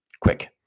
quick